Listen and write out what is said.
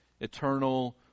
eternal